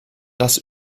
das